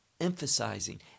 emphasizing